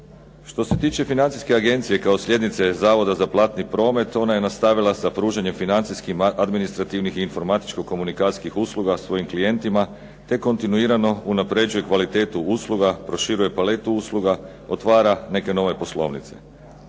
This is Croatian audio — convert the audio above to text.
Što se tiče financijske agencije kao slijednice Zavoda za platni promet ona je nastavila sa pružanjem financijskih, administrativnih i informatičko-komunikacijskih usluga svojim klijentima te kontinuirano unapređuje kvalitetu usluga, proširuje paletu usluga, otvara neke nove poslovnice.